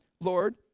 Lord